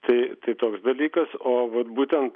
tai tai toks dalykas o vat būtent